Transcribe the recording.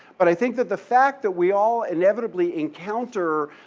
but i think that the fact that we all inevitably encounter